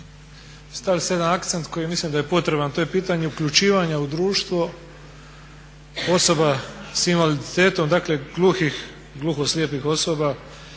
stavili ste jedan akcent koji mislim da je potreban, a to je pitanje uključivanja u društvo osoba s invaliditetom, dakle gluhih, gluhoslijepih osoba.